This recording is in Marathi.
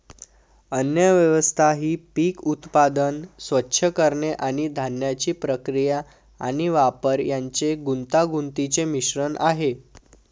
अन्नव्यवस्था ही पीक उत्पादन, स्वच्छ करणे आणि धान्याची प्रक्रिया आणि वापर यांचे गुंतागुंतीचे मिश्रण आहे